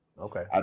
Okay